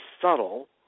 subtle